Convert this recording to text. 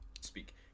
speak